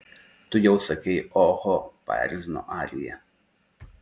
tu jau sakei oho paerzino arija